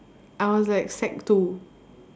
I was like sec two